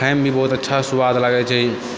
खाइमे भी बहुत अच्छा स्वाद लागै छै